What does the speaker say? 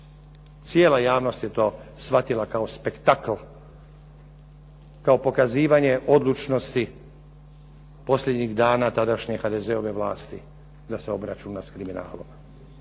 Cijela javnost je to shvatila kao spektakl, kao pokazivanje odlučnosti posljednjih dana tadašnje HDZ-ove vlasti da se obračuna s kriminalom.